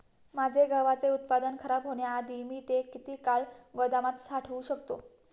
माझे गव्हाचे उत्पादन खराब होण्याआधी मी ते किती काळ गोदामात साठवू शकतो?